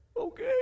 okay